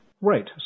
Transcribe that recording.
Right